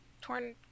Torn